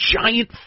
giant